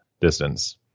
distance